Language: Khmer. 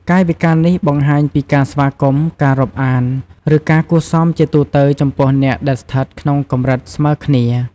កាយវិការនេះបង្ហាញពីការស្វាគមន៍ ការរាប់អាន ឬការគួរសមជាទូទៅចំពោះអ្នកដែលស្ថិតក្នុងកម្រិតស្មើគ្នា។